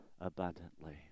abundantly